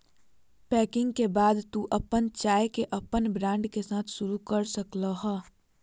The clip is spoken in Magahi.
पैकिंग के बाद तू अपन चाय के अपन ब्रांड के साथ शुरू कर सक्ल्हो हें